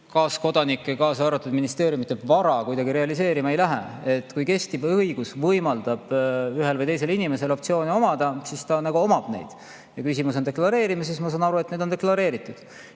kaaskodanike, kaasa arvatud ministeeriumide töötajate vara kuidagi realiseerima ei lähe. Kui kehtiv õigus võimaldab ühel või teisel inimesel optsiooni omada, siis ta võib neid omada. Küsimus on deklareerimises ja ma saan aru, et need on deklareeritud.